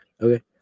Okay